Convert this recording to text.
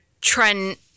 Trent